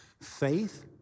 faith